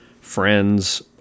friends